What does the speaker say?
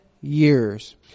years